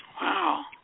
Wow